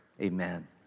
amen